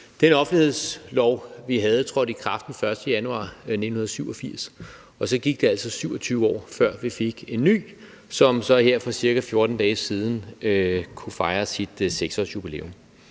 Den offentlighedslov, vi havde, trådte i kraft den 1. januar 1987, og så gik der altså 27 år, før vi fik en ny, som så her for ca. 14 dage siden kunne fejre sit 6-årsjubilæum.